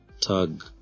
tug